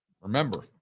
remember